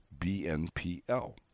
BNPL